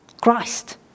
Christ